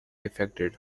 affected